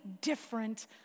different